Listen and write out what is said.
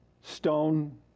stone